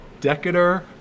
Decatur